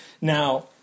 Now